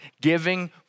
giving